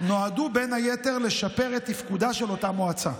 נועדו בין היתר לשפר את תפקודה של אותה מועצה,